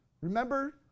Remember